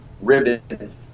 ribbon